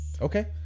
Okay